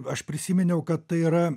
aš prisiminiau kad tai yra